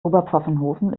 oberpfaffenhofen